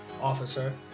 officer